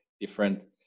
different